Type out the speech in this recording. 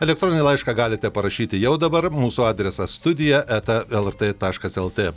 elektroninį laišką galite parašyti jau dabar mūsų adresas studija eta lrt taškas lt